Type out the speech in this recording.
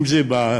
אם זה בהובלה,